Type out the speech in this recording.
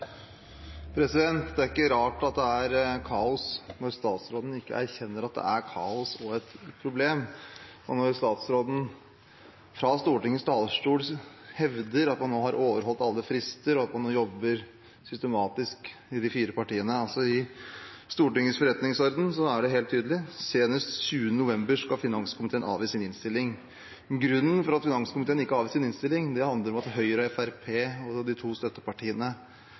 ikke rart at det er kaos når statsråden ikke erkjenner at det er kaos og et problem, og når statsråden fra Stortingets talerstol hevder at man nå har overholdt alle frister, og at man nå jobber systematisk i de fire partiene. I Stortingets forretningsorden står det helt tydelig: «Senest 20. november skal finanskomiteen avgi innstilling». Grunnen til at finanskomiteen ikke har avgitt sin innstilling, handler om at Høyre, Fremskrittspartiet og de to støttepartiene